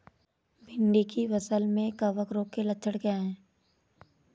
भिंडी की फसल में कवक रोग के लक्षण क्या है?